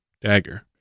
dagger